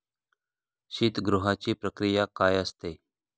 शीतगृहाची प्रक्रिया काय असते?